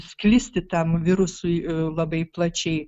sklisti tam virusui labai plačiai